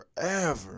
forever